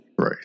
right